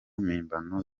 mpimbano